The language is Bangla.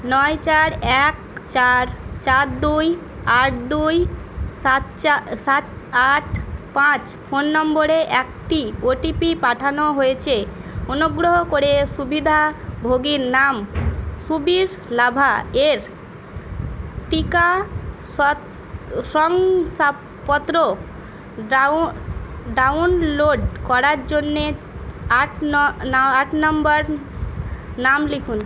নয় চার এক চার চার দুই আট দুই সাত চা সাত আট পাঁচ ফোন নম্বরে একটি ওটিপি পাঠানো হয়েছে অনুগ্রহ করে সুবিধাভোগীর নাম সুবীর লাভা এর টিকা সৎ শংসাপত্র ডাউন ডাউনলোড করার জন্যে আট ন না আট নম্বর নাম লিখুন